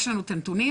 יש לנו את הנתונים.